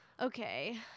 Okay